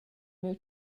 miu